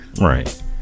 right